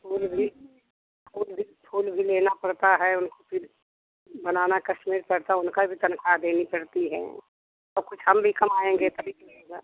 फूल भी फूल भी फूल भी लेना पड़ता है उनको फिर बनाना उनकी भी तनख़्वाह देनी पड़ती है और कुछ हम भी कमाएँगे तभी तो मिलेगा